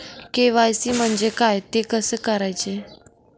KYC म्हणजे काय? ते कसे करायचे?